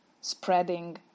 spreading